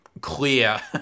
clear